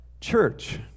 church